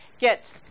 get